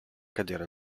cadere